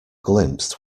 glimpsed